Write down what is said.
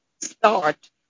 start